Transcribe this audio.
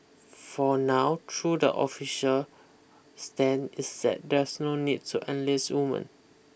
for now through the official stand is that there's no need to enlist women